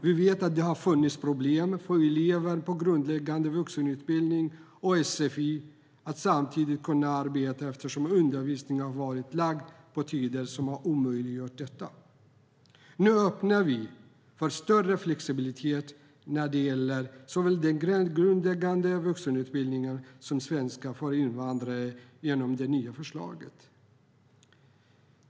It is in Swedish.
Vi vet att det har funnits problem för elever på grundläggande vuxenutbildning och sfi med att samtidigt kunna arbeta eftersom undervisningen har varit lagd på tider som har omöjliggjort detta. Nu öppnar vi för större flexibilitet när det gäller såväl grundläggande vuxenutbildning som svenska för invandrare genom det nya lagförslaget.